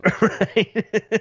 right